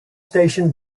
station